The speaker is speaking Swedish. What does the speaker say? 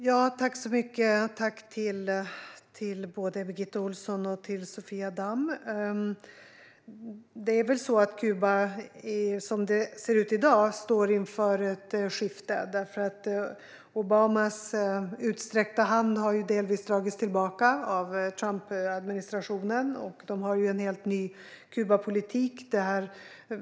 Fru talman! Tack till både Birgitta Ohlsson och Sofia Damm! Som det ser ut i dag står Kuba inför ett skifte. Obamas utsträckta hand har delvis dragits tillbaka av Trumpadministrationen, som har en helt ny Kubapolitik.